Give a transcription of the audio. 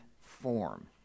form